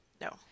No